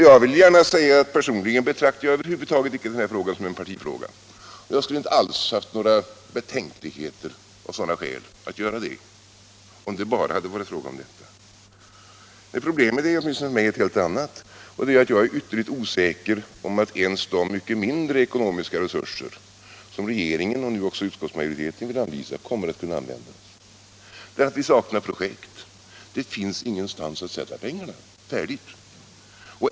Jag vill gärna säga att jag personligen inte betraktar denna fråga som en partifråga. Jag skulle inte alls haft några betänkligheter av sådana skäl. Men problemet är för mig ett helt annat. Jag är ytterligt osäker om att ens de mycket mindre ekonomiska resurser som regeringen och utskottsmajoriteten vill anvisa kommer att kunna användas. Vi saknar nämligen färdiga projekt. Det finns ingenstans att sätta pengarna.